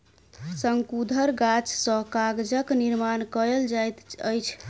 शंकुधर गाछ सॅ कागजक निर्माण कयल जाइत अछि